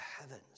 heavens